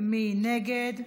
מי נגד?